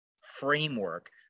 framework